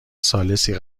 ثالثی